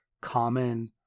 common